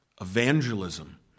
evangelism